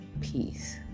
peace